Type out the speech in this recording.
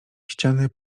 ściany